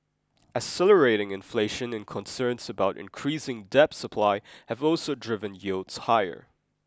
accelerating inflation and concerns about increasing debt supply have also driven yields higher